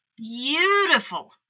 beautiful